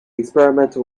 experimental